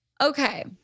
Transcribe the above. Okay